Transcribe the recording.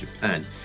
Japan